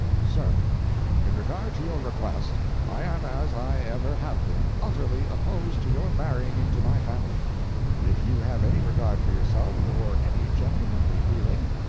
sir in regard to your request, i am as i ever have been, utterly opposed to your marrying into my family and if you have any regard for yourself, or any gentlemanly feeling,